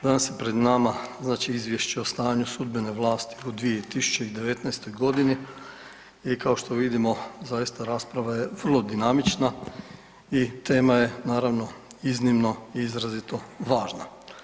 Danas je pred nama, znači izvješće o stanju sudbene vlasti u 2019.g. i kao što vidimo zaista rasprava je vrlo dinamična i tema je naravno iznimno i izrazito važna.